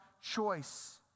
choice